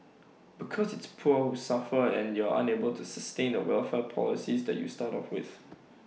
because it's the poor who suffer and you're unable to sustain the welfare policies that you start off with